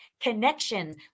connection